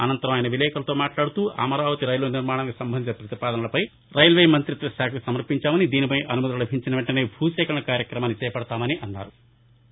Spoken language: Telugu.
అనంతరం ఆయన విలేకర్లతో మాట్లాడుతూ అమరావతి రైలు నిర్మాణానికి సంబంధించిన పతిపాదనలను రైల్వే మంతిత్వశాఖకు సమర్పించామని దానిపై అనుమతులు లభించిన వెంటనే భూసేకరణ కార్యక్రమాన్ని చేపడతామని అన్నారు